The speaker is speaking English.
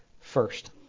first